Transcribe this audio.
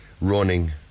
running